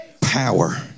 Power